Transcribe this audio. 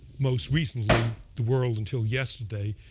most recently the world until yesterday,